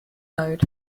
load